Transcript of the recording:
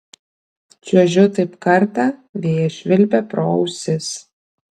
čiuožiu taip kartą vėjas švilpia pro ausis